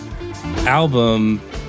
album